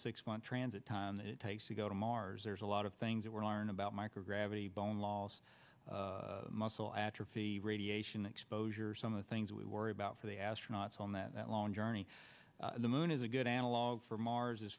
six month transit time that it takes to go to mars there's a lot of things that we're learning about microgravity bone loss muscle atrophy radiation exposure some of the things we worry about for the astronauts on that long journey the moon is a good analog for mars as